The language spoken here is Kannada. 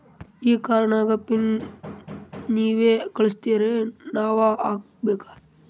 ಈ ಕಾರ್ಡ್ ನ ಪಿನ್ ನೀವ ಕಳಸ್ತಿರೇನ ನಾವಾ ಹಾಕ್ಕೊ ಬೇಕು?